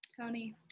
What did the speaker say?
Tony